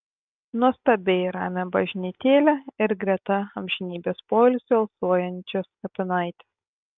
nuostabiai ramią bažnytėlę ir greta amžinybės poilsiu alsuojančias kapinaites